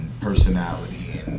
personality